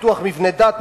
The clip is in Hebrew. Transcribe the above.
פיתוח מבני דת,